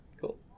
Cool